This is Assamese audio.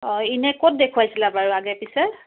অঁ এনেই ক'ত দেখুৱাইছিলা বাৰু আগে পিছে